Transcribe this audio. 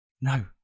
No